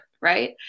right